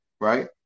right